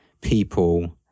people